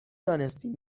دانستیم